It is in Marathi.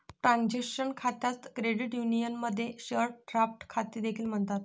ट्रान्झॅक्शन खात्यास क्रेडिट युनियनमध्ये शेअर ड्राफ्ट खाते देखील म्हणतात